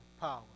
power